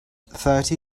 thirty